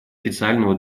официального